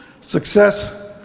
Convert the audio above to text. Success